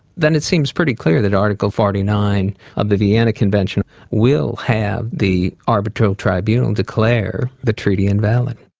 than it seems pretty clear that article forty nine of the vienna convention will have the arbitral tribunal declare the treaty invalid.